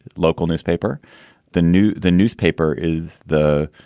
local newspaper the new the newspaper is the